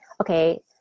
okay